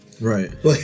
Right